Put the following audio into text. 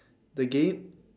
the game